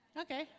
Okay